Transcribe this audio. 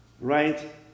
Right